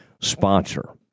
sponsor